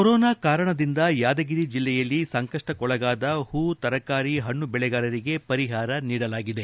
corona ಕಾರಣದಿಂದ ಯಾದಗಿರಿ ಜಿಲ್ಲೆಯಲ್ಲಿ ಸಂಕಷ್ಟಕ್ಕೊಳಗಾದ ಹೂ ತರಕಾರಿ ಪಣ್ಣು ದೆಳೆಗಾರರಿಗೆ ಪರಿಹಾರ ನೀಡಲಾಗಿದೆ